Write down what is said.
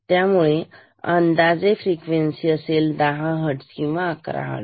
त्यामुळे अंदाज फ्रिक्वेन्सी मिळेल 10 हर्ट्स किंवा 11 हर्ट्स